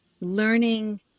learning